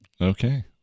okay